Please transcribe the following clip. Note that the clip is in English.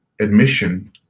admission